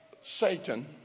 Satan